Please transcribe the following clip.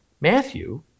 Matthew